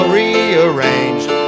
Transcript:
rearranged